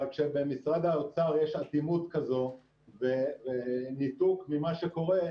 אבל כשבמשרד האוצר יש אטימות כזו וניתוק ממה שקורה,